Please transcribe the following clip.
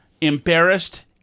embarrassed